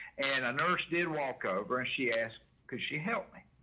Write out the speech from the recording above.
and a nurse did walk over, she asked, because she helped me.